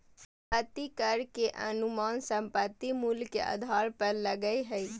संपत्ति कर के अनुमान संपत्ति मूल्य के आधार पर लगय हइ